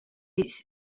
its